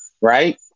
right